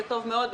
זה טוב מאוד.